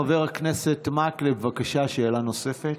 חבר הכנסת מקלב, בבקשה, שאלה נוספת.